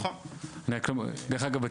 דרך אגב,